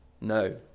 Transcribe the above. No